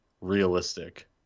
realistic